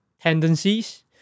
tendencies